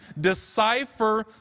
decipher